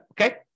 Okay